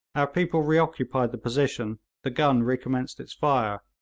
our people reoccupied the position, the gun recommenced its fire,